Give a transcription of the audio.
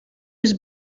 was